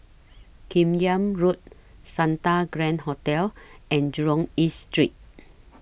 Kim Yam Road Santa Grand Hotel and Jurong East Street